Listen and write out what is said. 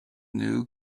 new